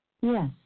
Yes